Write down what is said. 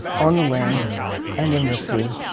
on the land and in the sea.